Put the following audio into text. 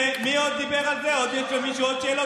ומי עוד דיבר על זה, יש למישהו עוד שאלות?